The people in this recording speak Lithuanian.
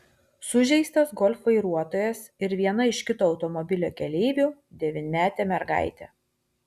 sužeistas golf vairuotojas ir viena iš kito automobilio keleivių devynmetė mergaitė